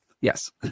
Yes